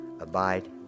abide